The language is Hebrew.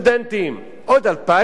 עוד 2,000 סטודנטים,